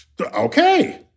okay